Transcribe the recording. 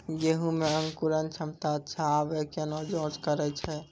गेहूँ मे अंकुरन क्षमता अच्छा आबे केना जाँच करैय छै?